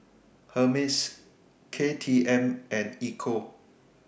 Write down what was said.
Hermes KTM and Ecco